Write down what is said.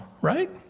right